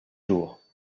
jours